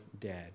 dead